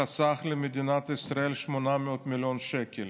חסך למדינת ישראל 800 מיליון שקל,